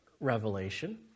revelation